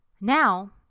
Now